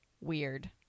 weird